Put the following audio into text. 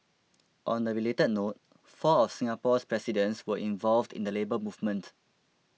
on a related note four of Singapore's presidents were involved in the Labour Movement